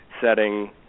setting